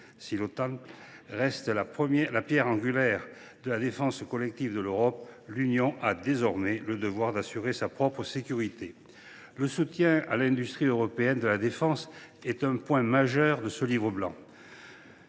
Si l’Otan reste la pierre angulaire de la défense collective de l’Europe, l’Union a désormais le devoir d’assurer sa propre sécurité. Le soutien à l’industrie européenne de la défense est un point majeur de ce livre blanc.